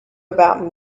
about